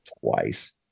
twice